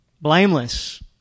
Blameless